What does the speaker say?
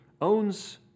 owns